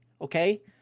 Okay